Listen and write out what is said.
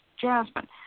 jasmine